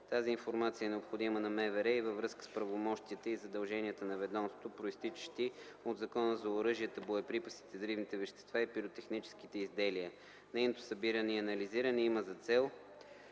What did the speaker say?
на вътрешните работи и във връзка с правомощията и задълженията на ведомството, произтичащи от Закона за оръжията, боеприпасите, взривните вещества и пиротехническите изделия. Нейното събиране и анализиране има за цел